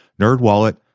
NerdWallet